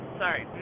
sorry